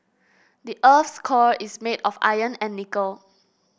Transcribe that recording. the earth's core is made of iron and nickel